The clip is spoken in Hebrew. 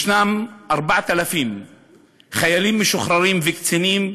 יש 4,000 חיילים משוחררים וקצינים,